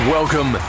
Welcome